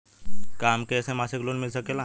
का हमके ऐसे मासिक लोन मिल सकेला?